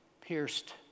pierced